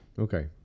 Okay